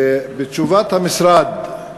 בתשובת המשרד על